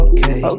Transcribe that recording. Okay